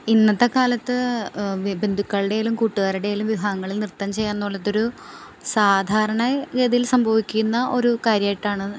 ഇന്നത്തെ കാലത്ത് ബന്ധുക്കളുടേയിലും കൂട്ടുകാരുടേയിലും വിവാഹങ്ങളിൽ നൃത്തം ചെയ്യുക എന്നുള്ളതൊരു സാധാരണഗതിയിൽ സംഭവിക്കുന്ന ഒരു കാര്യമായിട്ടാണ്